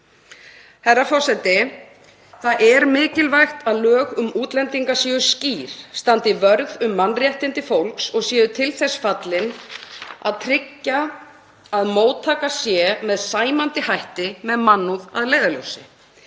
Herra forseti. Það er mikilvægt að lög um útlendinga séu skýr, standi vörð um mannréttindi fólks og séu til þess fallin að tryggja að móttaka sé með sæmandi hætti með mannúð að leiðarljósi.